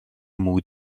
mood